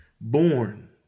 born